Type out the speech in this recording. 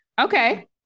Okay